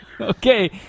Okay